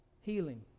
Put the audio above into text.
Healing